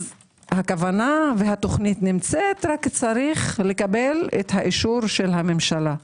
הכוונה והתוכנית נמצאת רק יש לקבל את אישור הממשלה.